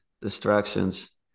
distractions